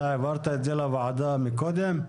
העברת את זה לוועדה קודם?